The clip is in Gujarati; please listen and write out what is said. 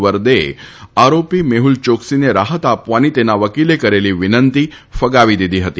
વર્દેએ આરોપી મેહુલ ચોક્સીને રાહત આપવાની તેના વકીલે કરેલી વિનંતી ફગાવી દીધી હતી